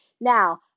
Now